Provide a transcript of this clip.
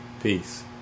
Peace